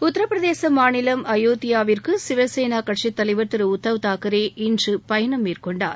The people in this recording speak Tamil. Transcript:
உத்தரப்பிரதேசமாநிலம் அயோத்தியாவிற்குசிவசேனாகட்சி தலைவர் உத்தவ் தாக்கரே திரு இன்றுபயணம் மேற்கொண்டார்